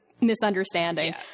misunderstanding